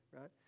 right